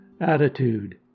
attitude